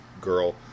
girl